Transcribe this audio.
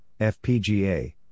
FPGA